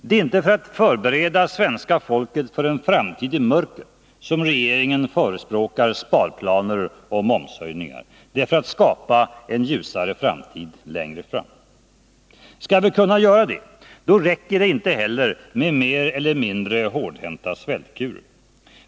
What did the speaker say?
Det är inte för att förbereda svenska folket för en framtid i mörker som regeringen föreslår sparplaner och momshöjningar. Det är för att skapa en ljusning längre fram. Skall vi kunna göra det, då räcker det inte heller med mer eller mindre hårdhänta svältkurer.